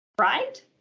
right